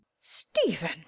stephen